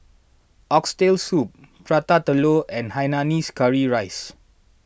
Oxtail Soup Prata Telur and Hainanese Curry Rice